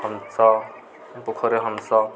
ହଂସ ପୋଖରୀରେ ହଂସ